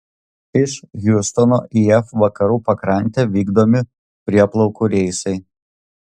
iš hjustono į jav vakarų pakrantę vykdomi prieplaukų reisai